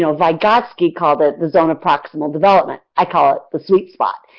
you know vygotsky called it the zone proximal development, i call it the sweet spot.